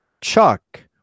Chuck